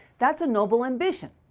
that is a noble ambition,